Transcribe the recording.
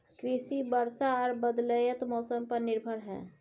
कृषि वर्षा आर बदलयत मौसम पर निर्भर हय